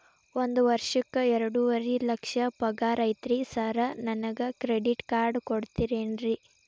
ಒಂದ್ ವರ್ಷಕ್ಕ ಎರಡುವರಿ ಲಕ್ಷ ಪಗಾರ ಐತ್ರಿ ಸಾರ್ ನನ್ಗ ಕ್ರೆಡಿಟ್ ಕಾರ್ಡ್ ಕೊಡ್ತೇರೆನ್ರಿ?